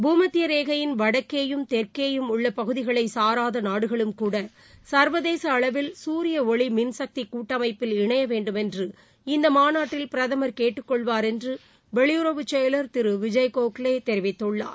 பூமத்திய ரேகையின் வடக்கேயும் தெற்கேயும் உள்ள பகுதிகளைச் சாராத நாடுகளும்கூட சா்வதேச அளவில் சூரிய ஒளி மின்சக்தி கூட்டனாப்பில் இணைய வேண்டுமென்று இந்த மாநாட்டில் பிரதமர் கேட்டுக் கொள்வார் என்று வெளியுறவுச் செயவர் திரு விஜய் கோக்லே தெிவித்துள்ளார்